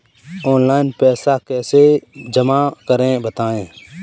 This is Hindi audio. ऑनलाइन पैसा कैसे जमा करें बताएँ?